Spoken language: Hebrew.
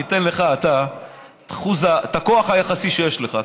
ניתן לך את הכוח היחסי שיש לך,